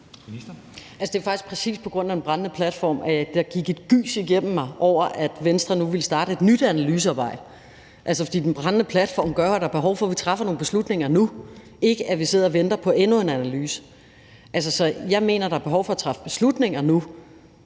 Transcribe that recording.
Det er faktisk præcis på grund af den brændende platform, at der gik et gys igennem mig over, at Venstre nu ville starte et nyt analysearbejde, fordi den brændende platform gør, at der er behov for, at vi træffer nogle beslutninger nu, ikke at vi sidder og venter på endnu en analyse. Så jeg mener, at der er behov for at træffe beslutninger nu